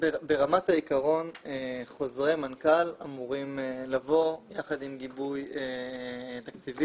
ברמת העיקרון חוזרי מנכ"ל אמורים לבוא יחד עם גיבוי תקציבי,